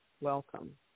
welcome